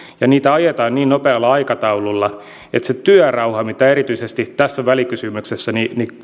ja niitä ajetaan niin nopealla aikataululla että se työrauha mitä erityisesti tässä välikysymyksessä